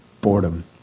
Boredom